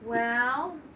well